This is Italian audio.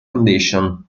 foundation